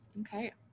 Okay